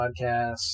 podcast